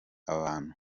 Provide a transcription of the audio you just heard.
abantu